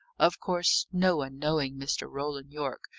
of course, no one, knowing mr. roland yorke,